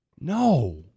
no